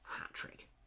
hat-trick